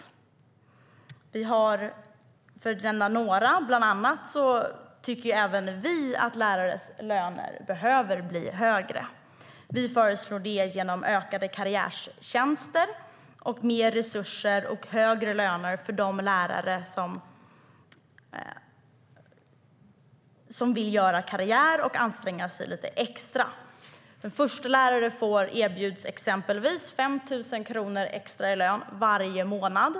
För att nämna något tycker även vi att lärarnas löner behöver bli högre, och vi föreslår det genom ökade karriärtjänster, mer resurser och högre löner för de lärare som vill göra karriär och anstränga sig lite extra. En förstelärare erbjuds exempelvis 5 000 kronor extra i lön varje månad.